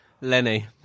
Lenny